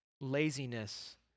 laziness